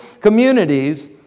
communities